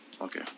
Okay